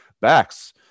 backs